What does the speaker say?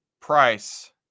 price